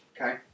Okay